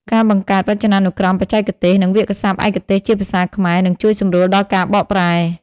ការបង្កើតវចនានុក្រមបច្ចេកទេស និងវាក្យសព្ទឯកទេសជាភាសាខ្មែរ នឹងជួយសម្រួលដល់ការបកប្រែ។